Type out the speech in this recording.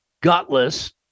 gutless